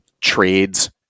trades